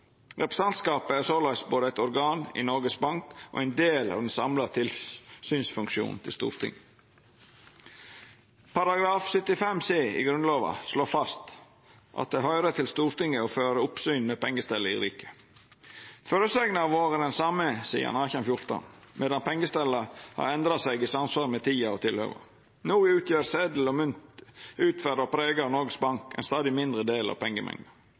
Representantskapet er såleis både eit organ i Noregs Bank og ein del av den samla tilsynsfunksjonen til Stortinget. Paragraf 75 c i Grunnlova slår fast at det høyrer Stortinget til «å føre oppsyn med pengestellet i riket». Føresegna har vore den same sidan 1814, medan pengestellet har endra seg i samsvar med tida og tilhøva. No utgjer setel og mynt utferda og prega av Noregs Bank ein stadig mindre del av pengemengda.